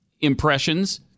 impressions